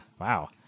Wow